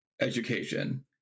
education